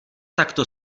takto